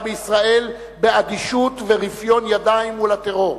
בישראל באדישות וברפיון ידיים מול הטרור.